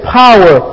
power